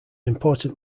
important